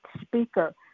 speaker